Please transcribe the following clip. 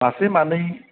मासे मानै